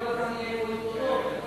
אני כל הזמן אהיה פה עם תודות מה